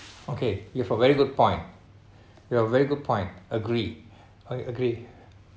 okay you have a very good point you have very good point agree I agree